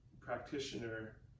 practitioner